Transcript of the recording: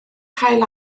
cael